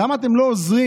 למה אתם לא עוזרים?